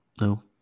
No